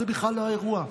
זה בכלל לא האירוע.